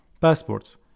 Passports